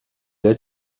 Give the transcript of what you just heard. est